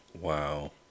Wow